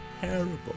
terrible